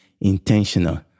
intentional